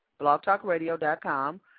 blogtalkradio.com